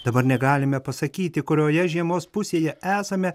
dabar negalime pasakyti kurioje žiemos pusėje esame